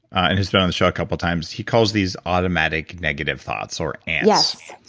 and has been on the show a couple of times, he calls these automatic negative thoughts, or ants yes,